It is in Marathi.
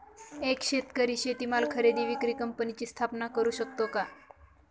एक शेतकरी शेतीमाल खरेदी विक्री कंपनीची स्थापना करु शकतो का?